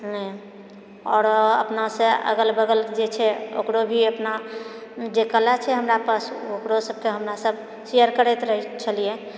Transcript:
ने आओर अपना से अगल बगल जे छै ओकरो भी अपना जे कला छै हमरा पास ओकरो सभके हमरा सभ शेयर करैत रहै छलिऐ